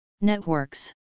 networks